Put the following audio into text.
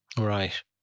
right